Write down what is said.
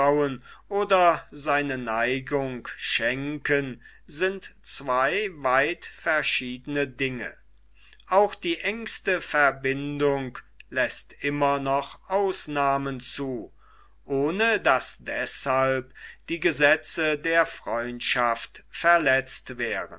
oder seine neigung schenken sind zwei weit verschiedene dinge auch die engste verbindung läßt immer noch ausnahmen zu ohne daß deshalb die gesetze der freundschaft verletzt wären